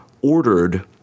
ordered